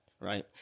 right